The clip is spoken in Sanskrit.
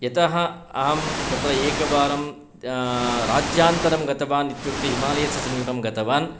यतः अहं तत्र एकवारं राज्यान्तरं गतवान् इत्युक्ते हिमालयस्य समीपं गतवान्